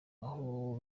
aho